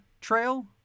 Trail